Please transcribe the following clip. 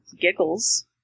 giggles